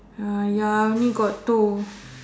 ah ya I only got two